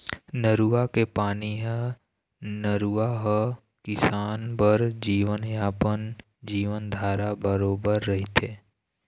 नरूवा के पानी ह नरूवा ह किसान बर जीवनयापन, जीवनधारा बरोबर रहिथे